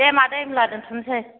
दे मादै होमब्ला दोनथ'नोसै